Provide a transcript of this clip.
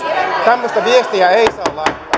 tämmöistä viestiä ei saa